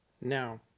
Now